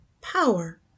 power